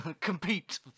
compete